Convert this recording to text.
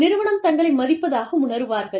நிறுவனம் தங்களை மதிப்பதாக உணருவார்கள்